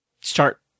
start